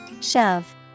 Shove